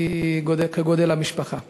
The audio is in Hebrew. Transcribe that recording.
כגודל המשפחה.